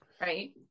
right